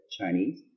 Chinese